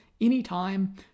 anytime